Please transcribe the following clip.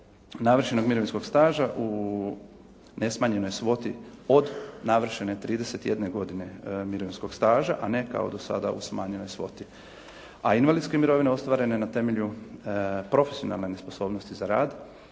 navršenog mirovinskog staža u nesmanjenoj svoti od navršene 31 godine mirovinskog staža a ne kao do sada u smanjenoj svoti. A invalidske mirovine ostvarene na temelju profesionalne nesposobnosti za rad